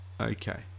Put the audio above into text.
okay